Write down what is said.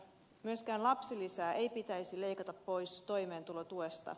myöskään lapsilisää ei pitäisi leikata pois toimeentulotuesta